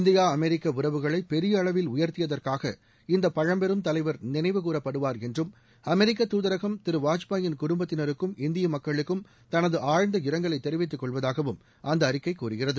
India America உறவுகளை பெரிய அளவில் உயர்த்தியதற்காக இந்த பழம்பெரும் தலைவர் நினைவுக்கூறப்படுவார் என்றும் அமெரிக்க தூதரகம் திரு வாஜ்பாயின் குடும்பத்தினருக்கும் இந்திய மக்களுக்கும் தனது ஆழ்ந்த இரங்கலை தெரிவித்துக்கொள்வதாகவும் அந்த அறிக்கை கூறுகிறது